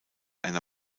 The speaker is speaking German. einer